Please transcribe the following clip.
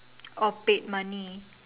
orh paid money